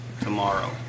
tomorrow